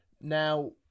Now